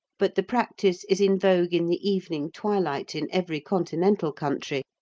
but the practice is in vogue in the evening twilight in every continental country,